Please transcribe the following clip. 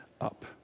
up